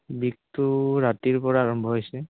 বিষটো ৰাতিৰ পৰা আৰম্ভ হৈছে